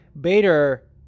Bader